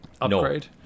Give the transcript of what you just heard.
upgrade